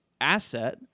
asset